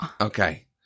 Okay